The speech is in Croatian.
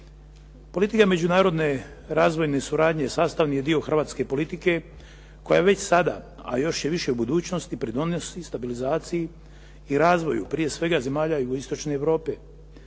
Politika međunarodne razvojne suradnje sastavni je dio hrvatske politike koja je već sada, a još će više u budućnosti pridonijeti stabilizaciji i razvoju, prije svega zemalja Jugoistočne Europe.